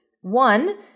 One